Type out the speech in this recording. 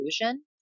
illusion